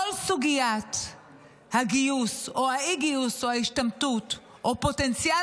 כל סוגיית הגיוס או האי-גיוס או ההשתמטות או פוטנציאל